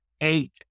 eight